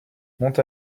monte